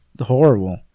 Horrible